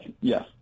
Yes